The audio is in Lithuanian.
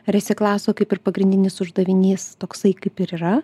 resiklaso kaip ir pagrindinis uždavinys toksai kaip ir yra